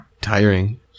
tiring